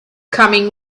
coming